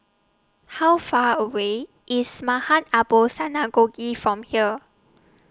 How Far away IS Maghain Aboth Synagogue from here